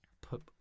put